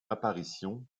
apparition